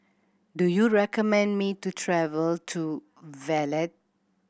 do you recommend me to travel to Valletta